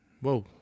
Whoa